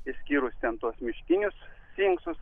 išskyrus ten tuos miškinius sfinksus